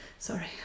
sorry